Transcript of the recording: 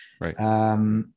Right